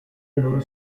allora